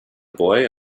boy